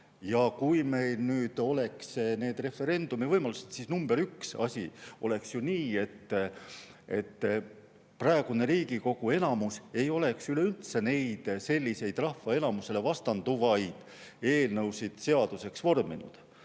Kui meil oleks need referendumivõimalused, siis number üks asi oleks ju see, et praegune Riigikogu enamus ei oleks üleüldse selliseid rahva enamusele vastanduvaid eelnõusid seaduseks vorminud,